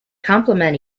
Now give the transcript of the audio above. compliment